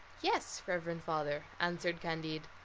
yes, reverend father, answered candide.